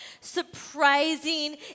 surprising